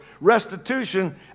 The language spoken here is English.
Restitution